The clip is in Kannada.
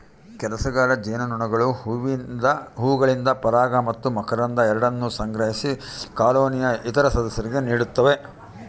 ಕೆಲಸಗಾರ ಜೇನುನೊಣಗಳು ಹೂವುಗಳಿಂದ ಪರಾಗ ಮತ್ತು ಮಕರಂದ ಎರಡನ್ನೂ ಸಂಗ್ರಹಿಸಿ ಕಾಲೋನಿಯ ಇತರ ಸದಸ್ಯರಿಗೆ ನೀಡುತ್ತವೆ